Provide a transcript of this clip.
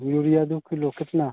urea दो kilo कितना